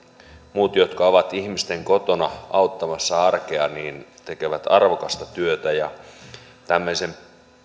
muut jotka ovat ihmisten kotona auttamassa arkea tekevät arvokasta työtä tämmöisen